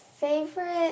favorite